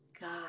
God